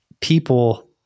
people